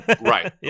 Right